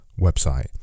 website